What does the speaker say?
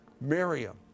Miriam